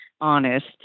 honest